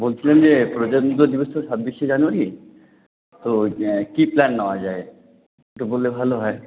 বলছিলাম যে প্রজাতন্ত্র দিবস তো ছাব্বিশে জানুয়ারি তো কী প্ল্যান নেওয়া যায় একটু বললে ভালো হয়